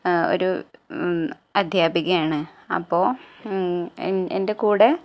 ഒരു അധ്യാപികയാണ് അപ്പോള് എന്റെ കൂടെ